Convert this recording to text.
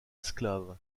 esclaves